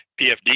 PFD